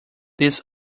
this